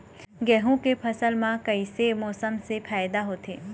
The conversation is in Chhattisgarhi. गेहूं के फसल म कइसे मौसम से फायदा होथे?